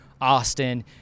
Austin –